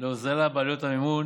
להוזלה בעלויות המימון